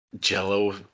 jello